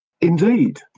Indeed